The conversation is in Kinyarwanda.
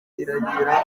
iragera